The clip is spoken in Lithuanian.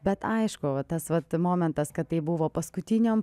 bet aišku va tas vat momentas kad tai buvo paskutinio